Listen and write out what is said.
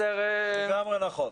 לגמרי נכון.